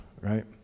right